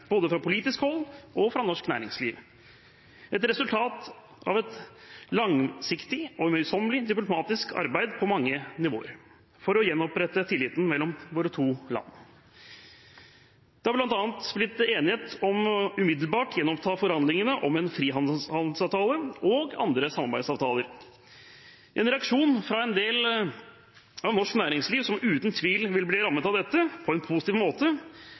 både fra politisk hold og fra norsk næringsliv. Det er et resultat av et langsiktig og møysommelig diplomatisk arbeid på mange nivåer for å gjenopprette tilliten mellom våre to land. Det har bl.a. blitt enighet om umiddelbart å gjenoppta forhandlingene om en frihandelsavtale og andre samarbeidsavtaler. En reaksjon fra en del av norsk næringsliv, som uten tvil vil bli rammet av dette – på en positiv måte